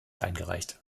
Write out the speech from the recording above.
eingereicht